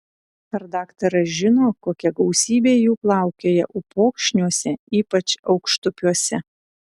ar daktaras žino kokia gausybė jų plaukioja upokšniuose ypač aukštupiuose